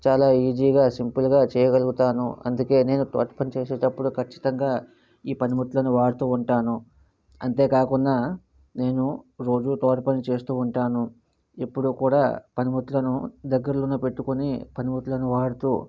చాలా ఈజీగా సింపుల్గా చేయగలుగుతాను అందుకే నేను తోట పని చేసేటప్పుడు ఖచ్చితంగా ఈ పని ముట్లను వాడుతూ వుంటాను అంతే కాకుండా నేను రోజు తోట పని చేస్తూ వుంటాను ఎప్పుడు కూడా పని ముట్లను దగ్గరలోనే పెట్టుకుని పనిముట్లను వాడుతూ